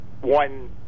one